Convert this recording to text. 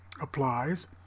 applies